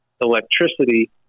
electricity